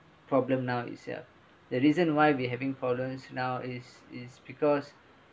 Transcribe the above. problem now itself the reason why we having problems now is is because